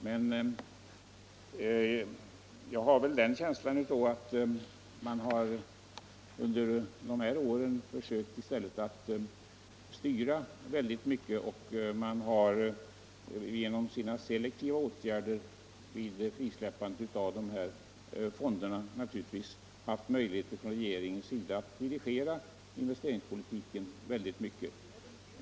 Men jag har en känsla av att man under de gångna åren i stället försökt styra investeringarna kraftigt, och regeringen har genom selektiva åtgärder vid frisläppandet av fonderna naturligtvis haft möjligheter att di 33 rigera investeringspolitiken i stor utsträckning.